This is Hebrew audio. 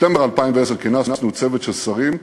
בספטמבר 2010 כינסנו צוות של שרים,